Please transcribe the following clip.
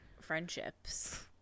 friendships